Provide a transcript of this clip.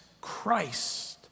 Christ